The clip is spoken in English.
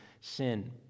sin